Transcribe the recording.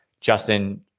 Justin